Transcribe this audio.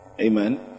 Amen